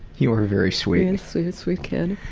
you were very sweet. and sweet sweet kid.